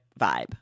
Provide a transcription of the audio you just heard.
vibe